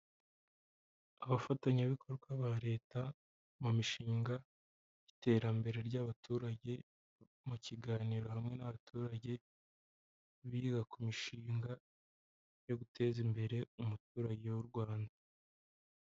Abafatanyabikorwa ba leta mu mishinga y'iterambere ry'abaturage mu kiganiro hamwe n'abaturage, biriga ku mishinga yo guteza imbere umuturage w'u Rwanda.